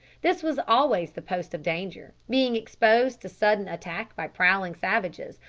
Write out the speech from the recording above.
this was always the post of danger, being exposed to sudden attack by prowling savages,